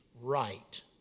right